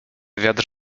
wiatr